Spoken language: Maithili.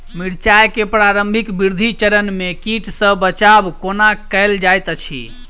मिर्चाय केँ प्रारंभिक वृद्धि चरण मे कीट सँ बचाब कोना कैल जाइत अछि?